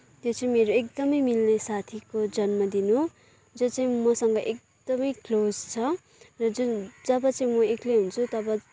त्यो चाहिँ मेरो एकदमै मिल्ने साथीको जन्मदिन हो जो चाहिँ मसँग एकदमै क्लोज छ जुन जब चाहिँ म एक्लै हुन्छु तब